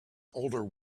older